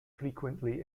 frequently